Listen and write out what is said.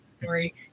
story